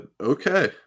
okay